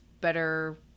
better